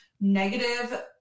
negative